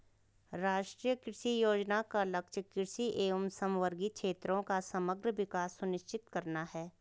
राष्ट्रीय कृषि योजना का लक्ष्य कृषि एवं समवर्गी क्षेत्रों का समग्र विकास सुनिश्चित करना है